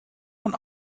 man